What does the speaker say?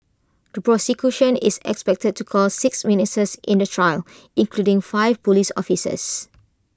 the prosecution is expected to call six witnesses in the trial including five Police officers